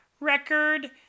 record